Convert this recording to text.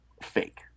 fake